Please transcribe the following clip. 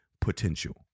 potential